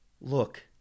Look